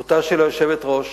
בזכות היושבת-ראש